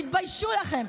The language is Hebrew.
תתביישו לכם.